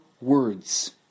words